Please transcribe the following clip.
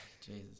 Jesus